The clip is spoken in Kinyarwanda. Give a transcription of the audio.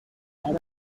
hari